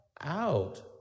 out